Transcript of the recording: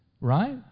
Right